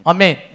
Amen